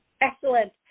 excellent